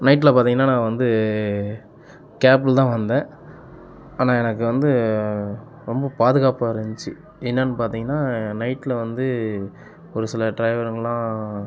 நைட்டில் பார்த்திங்கனா நான் வந்து கேபில்தான் வந்தேன் ஆனால் எனக்கு வந்து ரொம்ப பாதுகாப்பாக இருந்திச்சு என்னனு பார்த்திங்கனா நைட்டில் வந்து ஒருசில டிரைவருங்கெலாம்